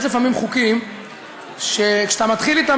יש לפעמים חוקים שכשאתה מתחיל איתם,